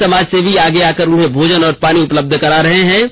कई समाजसेवी आगे आकर उन्हें भोजन और पानी उपलब्ध करा रहे हैं